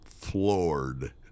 floored